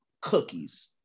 cookies